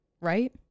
right